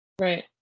Right